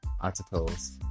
articles